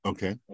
Okay